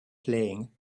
playing